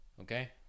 Okay